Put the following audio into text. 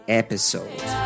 episode